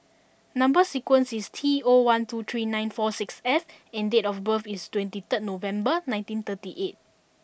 number sequence is T O one two three nine four six F and date of birth is twenty thrid November nineteen thirty eight